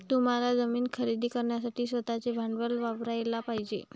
तुम्हाला जमीन खरेदी करण्यासाठी स्वतःचे भांडवल वापरयाला पाहिजे